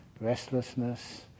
restlessness